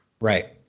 Right